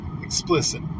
explicit